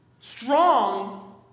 strong